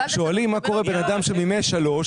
שואלים מה קורה עם בן אדם שמימש שלוש,